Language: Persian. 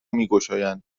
میگشایند